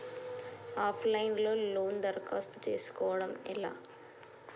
Of line లో loan దరఖాస్తు చేసుకోవడం ఎలా?